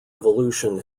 evolution